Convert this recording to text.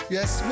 Yes